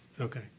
Okay